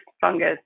fungus